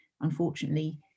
unfortunately